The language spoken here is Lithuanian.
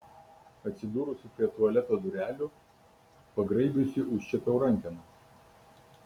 atsidūrusi prie tualeto durelių pagraibiusi užčiuopiau rankeną